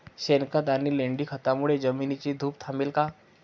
शेणखत आणि लेंडी खतांमुळे जमिनीची धूप थांबेल का?